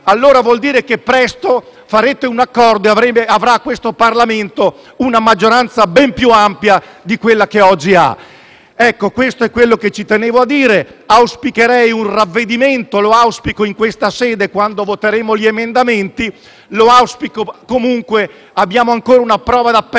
allora, vuol dire che presto farete un accordo e questo Parlamento avrà una maggioranza ben più ampia di quella che ha oggi. Questo è quello che tenevo a dire. Auspicherei un ravvedimento, me lo auguro in questa sede, quando voteremo gli emendamenti. Comunque, abbiamo ancora una prova d'appello,